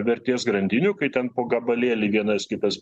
vertės grandinių kai ten po gabalėlį vienas kitas